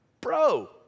bro